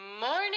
morning